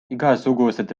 igasugused